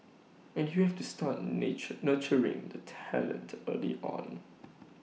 and you have to start nature nurturing the talent early on